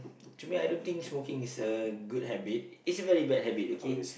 to me I don't think smoking is a good habit it's a very bad habit okay